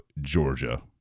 Georgia